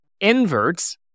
inverts